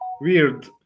weird